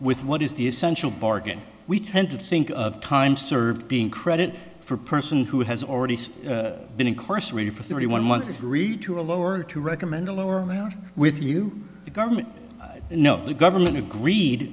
with what is the essential bargain we tend to think of time served being credit for a person who has already been incarcerated for thirty one if you reach your lower to recommend a lower amount with you the government no the government agreed